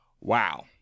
Wow